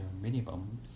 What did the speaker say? minimum